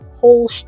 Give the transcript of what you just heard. whole